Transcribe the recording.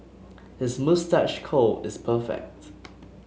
his moustache curl is perfect